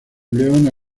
leona